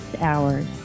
hours